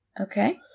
Okay